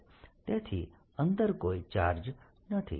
તેથી અંદર કોઈ ચાર્જ નથી